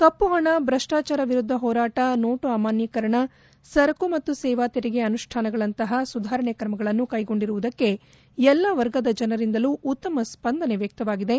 ಕಪ್ಪುಹಣ ಭ್ರಷ್ಪಾಚಾರ ವಿರುದ್ದ ಹೋರಾಟ ನೋಟು ಅಮಾನ್ವೀಕರಣ ಸರಕು ಮತ್ತು ಸೇವಾ ತೆರಿಗೆ ಅನುಷ್ಠಾನಗಳಂಥ ಸುಧಾರಣೆ ಕ್ರಮಗಳನ್ನು ಕೈಗೊಂಡಿರುವುದಕ್ಕೆ ಎಲ್ಲ ವರ್ಗದ ಜನರಿಂದಲೂ ಉತ್ತಮ ಸ್ವಂದನೆ ವ್ಯಕ್ತವಾಗಿದೆ